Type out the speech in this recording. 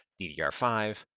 DDR5